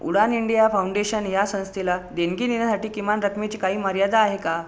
उडान India Foundation ह्या संस्थेला देणगी देण्यासाठी किमान रकमेची काही मर्यादा आहे का